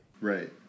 right